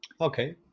Okay